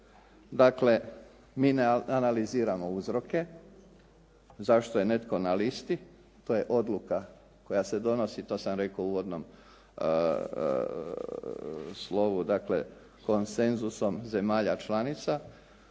Dakle, mi ne analiziramo uzroke zašto je netko na listi, to je odluka koja se donosi to sam rekao u uvodnom slovu dakle konsenzusom zemalja članica